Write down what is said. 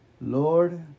Lord